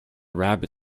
rabbit